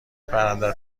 پرنده